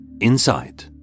Inside